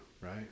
right